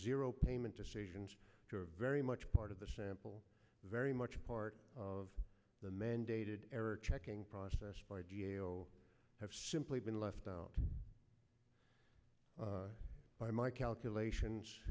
zero payment decisions are very much part of the sample very much a part of the mandated error checking process by g a o have simply been left out by my calculations